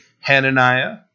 Hananiah